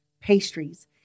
pastries